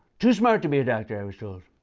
too smart to be a doctor, i was told.